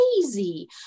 crazy